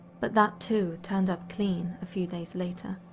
but that too turned up clean a few days later.